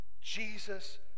Jesus